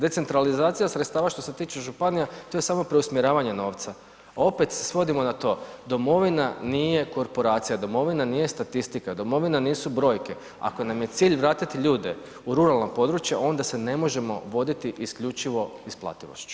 Decentralizacija sredstava što se tiče županija, to je samo preusmjeravanje novca, opet se svodimo na to domovina nije korporacija, domovina nije statistika, domovina nisu brojke, ako nam je cilj vratiti ljude u ruralna područja onda se ne možemo voditi isključivo isplativošću.